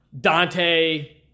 Dante